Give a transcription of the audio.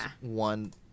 one